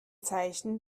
zeichen